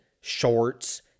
shorts –